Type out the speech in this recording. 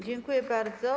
Dziękuję bardzo.